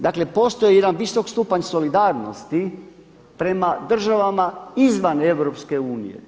Dakle, postoji jedan visok stupanj solidarnosti prema državama izvan EU.